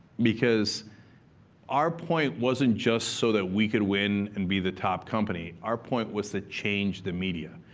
because our point wasn't just so that we could win and be the top company. our point was to change the media.